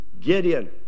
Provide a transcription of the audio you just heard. Gideon